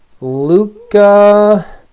luca